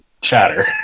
chatter